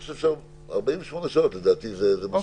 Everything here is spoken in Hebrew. לדעתי, 48 שעות זה מספיק.